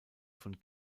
von